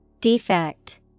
Defect